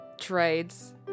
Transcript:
trades